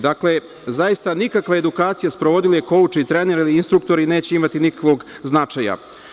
Dakle, zaista nikakva edukacija, sprovodili je kouči, treneri ili inspektori neće imati nikakvog značaja.